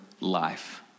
life